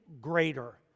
greater